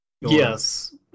Yes